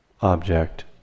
object